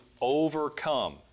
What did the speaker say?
overcome